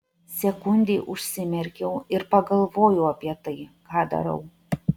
sekundei užsimerkiau ir pagalvojau apie tai ką darau